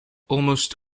almost